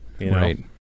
Right